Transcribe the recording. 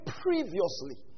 previously